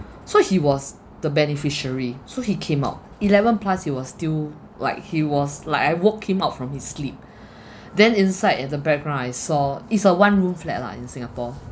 so he was the beneficiary so he came out eleven plus he was still like he was like I woke him up from his sleep then inside the at the background I saw it's a one room flat lah in singapore